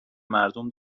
مردم